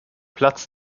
platz